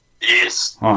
Yes